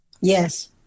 Yes